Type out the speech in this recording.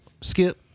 Skip